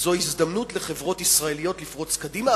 זו הזדמנות לחברות ישראליות לפרוץ קדימה,